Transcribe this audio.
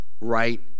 right